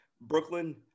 Brooklyn